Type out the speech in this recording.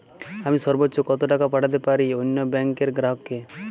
আমি সর্বোচ্চ কতো টাকা পাঠাতে পারি অন্য ব্যাংক র গ্রাহক কে?